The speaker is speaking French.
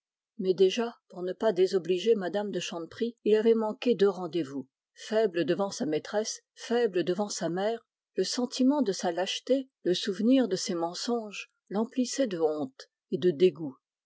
mais déjà pour ne pas désobliger mme de chanteprie il avait manqué deux rendez-vous faible devant sa maîtresse faible devant sa mère le sentiment de sa lâcheté le souvenir de ses mensonges l'emplissaient de honte et de dégoût